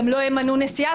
גם לא ימנו נשיאה?